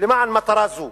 למען מטרה זו.